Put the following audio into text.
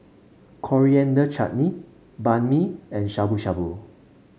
Coriander Chutney Banh Mi and Shabu Shabu